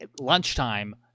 lunchtime